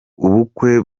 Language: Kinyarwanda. ubukwe